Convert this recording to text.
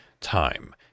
Time